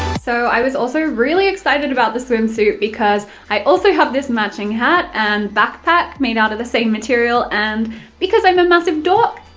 so i was also really excited about the swimsuit because i also have this matching hat and backpack made out of the same material, and because i'm a massive dork,